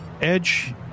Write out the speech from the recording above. edge